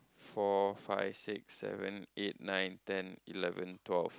four five six seven eight nine ten eleven twelve